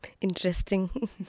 interesting